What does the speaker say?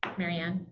um marianne?